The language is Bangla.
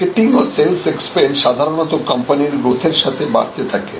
মার্কেটিং ও সেলস এক্সপেন্স সাধারণত কোম্পানির গ্রোথ এর সঙ্গে বাড়তে থাকে